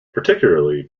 particularly